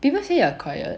people say you are quiet